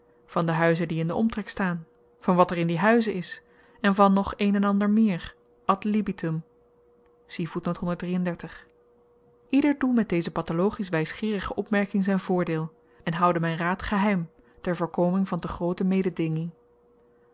van de huizen die in den omtrek staan van wat er in die huizen is en van nog een en ander meer ad libitum ieder doe met deze pathologisch wysgeerige opmerking zyn voordeel en houde myn raad geheim ter voorkoming van te groote mededinging